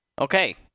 Okay